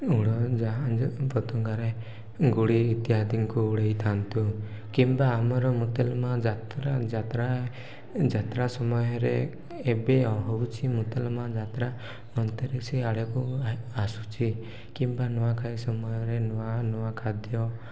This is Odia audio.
ଉଡ଼ଜାହାଜ ପତଙ୍ଗରେ ଗୋଡ଼ି ଇତ୍ୟାଦିଙ୍କୁ ଉଡ଼େଇଥାନ୍ତୁ କିମ୍ବା ଆମର ମୁତେଲମା ଯାତ୍ରା ଯାତ୍ରା ଯାତ୍ରା ସମୟରେ ଏବେ ହଉଛିି ମୁତେଲମା ଯାତ୍ରା ଅଣତିରିଶି ଆଡ଼କୁ ଆସୁଛି କିମ୍ବା ନୂଆଖାଇ ସମୟରେ ନୂଆ ନୂଆ ଖାଦ୍ୟ